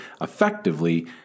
effectively